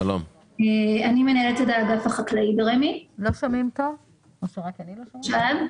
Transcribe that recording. אני מנהלת את האגף החקלאי ברשות מקרקעי ישראל.